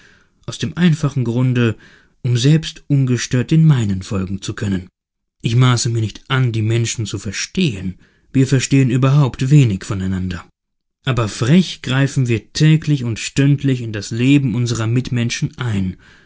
aus dem einfachen grunde um selbst ungestört den meinen folgen zu können ich maße mir nicht an die menschen zu verstehen wir verstehen überhaupt wenig von einander aber frech greifen wir täglich und stündlich in das leben unserer mitmenschen ein